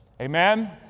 Amen